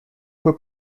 fue